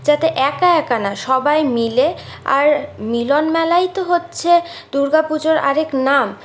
যাতে একা একা না সবাই মিলে আর মিলন মেলাই তো হচ্ছে দুর্গাপূজোর আরেক নাম